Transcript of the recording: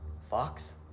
Fox